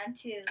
two